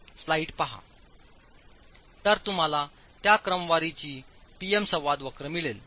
तर तुम्हाला त्या क्रमवारीचा P M संवाद वक्र मिळेल